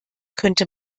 könnte